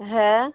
হ্যাঁ